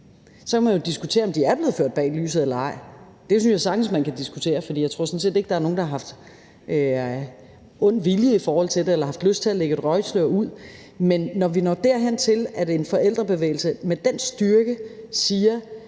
Så kan man diskutere, om de er blevet ført bag lyset eller ej; det synes jeg sagtens man kan diskutere, for jeg tror sådan set ikke, der er nogen, der har ond vilje i forhold til det eller har haft lyst til at lægge et røgslør ud Men når vi når hen til, at en forældrebevægelse med den styrke siger,